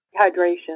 dehydration